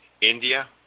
India